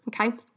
okay